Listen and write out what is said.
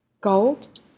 gold